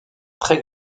très